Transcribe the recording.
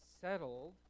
settled